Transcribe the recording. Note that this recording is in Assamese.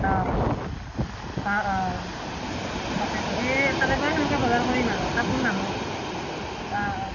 অ অ তাকেতো সেই তাৰে পৰা সেনেকে বজাৰ কৰিম আৰু কাপোৰ নানো অঁ অঁ